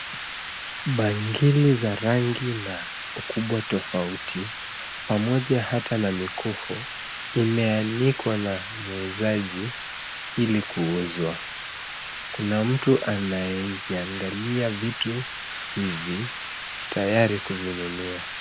Bangili za rangi na ukubwa tofauti pamoja hata na mikufu, imeanikwa na muuzaji ili kuuzwa. Kuna mtu anayeviangalia vitu hivi tayari kuvinunua.